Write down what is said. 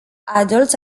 adults